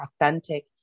authentic